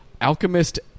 Alchemist